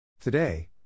Today